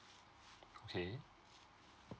okay